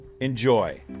Enjoy